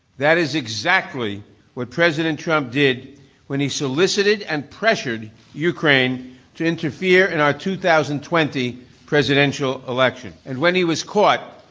that is exactly what president trump did when he solicited and pressured ukraine to interfere in our two thousand and twenty presidential election. and when he was caught,